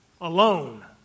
alone